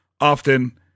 often